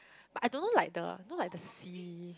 but I don't know like the you know like the C